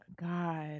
god